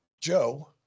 joe